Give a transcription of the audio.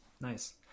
Nice